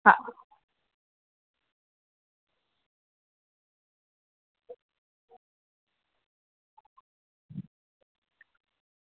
હા